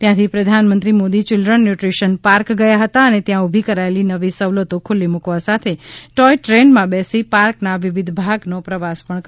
ત્યાથી પ્રધાનમંત્રી Modi children nutrition park ગયા હતા અને ત્યાં ઊભી કરાયેલી નવી સવલતો ખુલ્લી મૂકવા સાથે ટોથ ટ્રેનમાં બેસી પાર્કના વિવિધ ભાગનો પ્રવાસ પણ કર્યો હતો